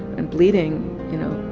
and bleeding you know,